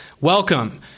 Welcome